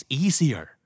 easier